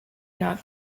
not